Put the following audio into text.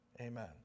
Amen